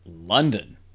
London